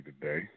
today